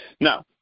Now